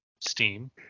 Steam